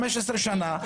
15 שנה,